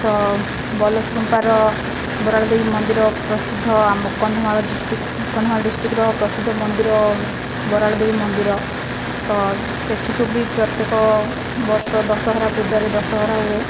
ତ ବଲସକୁମ୍ପାର ବରାଳ ଦେବୀ ମନ୍ଦିର ପ୍ରସିଦ୍ଧ ଆମ କନ୍ଧମାଳ ଡିଷ୍ଟ୍ରିକ୍ଟ କନ୍ଧମାଳ ଡିଷ୍ଟ୍ରିକ୍ଟର ପ୍ରସିଦ୍ଧ ମନ୍ଦିର ବରାଳ ଦେବୀ ମନ୍ଦିର ତ ସେଠିକୁ ବି ପ୍ରତ୍ୟେକ ବର୍ଷ ଦଶହରା ପୂଜାରେ ଦଶହରା ହୁଏ